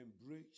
embrace